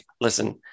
listen